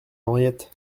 henriette